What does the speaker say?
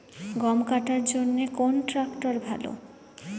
গম কাটার জন্যে কোন ট্র্যাক্টর ভালো?